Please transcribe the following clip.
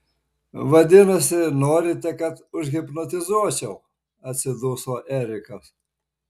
vadinasi norite kad užhipnotizuočiau atsiduso erikas